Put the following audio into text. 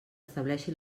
estableixi